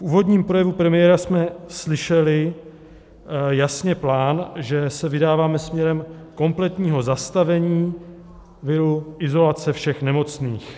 V úvodním projevu premiéra jsme slyšeli jasně plán, že se vydáváme směrem kompletního zastavení viru, izolace všech nemocných.